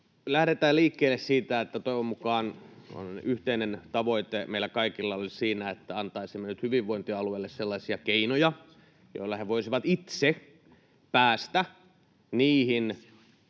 lähdetään liikkeelle siitä, että toivon mukaan yhteinen tavoite meillä kaikilla olisi siinä, että antaisimme nyt hyvinvointialueille sellaisia keinoja, joilla he voisivat itse päästä niihin